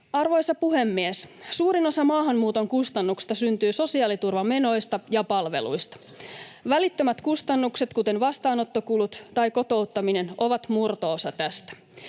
Arvoisa puhemies! Suurin osa maahanmuuton kustannuksista syntyy sosiaaliturvamenoista ja palveluista. Välittömät kustannukset, kuten vastaanottokulut tai kotouttaminen, ovat murto-osa tästä.